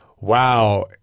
wow